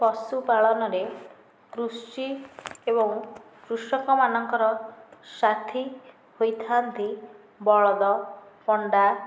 ପଶୁପାଳନରେ କୃଷି ଏବଂ କୃଷକ ମାନଙ୍କର ସାଥି ହୋଇଥାଆନ୍ତି ବଳଦ ପଣ୍ଡା